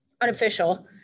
unofficial